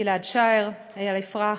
גיל-עד שער, אייל יפרח.